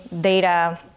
data